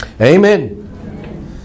Amen